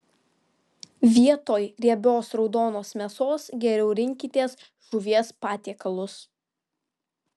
vietoj riebios raudonos mėsos geriau rinkitės žuvies patiekalus